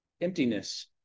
emptiness